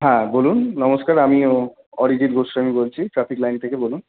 হ্যাঁ বলুন নমস্কার আমি অরিজিৎ গোস্বামী বলছি ট্রাফিক লাইন থেকে বলুন